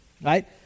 right